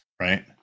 right